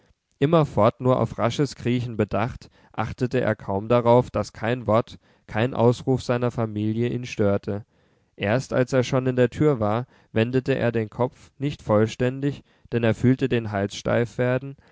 immerfort nur auf rasches kriechen bedacht achtete er kaum darauf daß kein wort kein ausruf seiner familie ihn störte erst als er schon in der tür war wendete er den kopf nicht vollständig denn er fühlte den hals steif werden